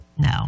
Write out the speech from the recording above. No